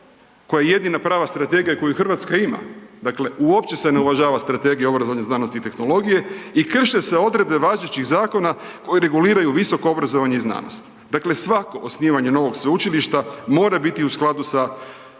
koja je jedina prava strategija koju Hrvatska ima. Dakle, uopće se ne uvažava Strategija obrazovanja, znanosti i tehnologije i krše se odredbe važećih zakona koji reguliraju visoko obrazovanje i znanost. Dakle, svako osnivanje novog sveučilišta mora biti u skladu sa